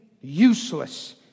useless